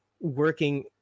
working